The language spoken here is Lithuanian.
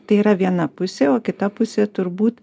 tai yra viena pusė o kita pusė turbūt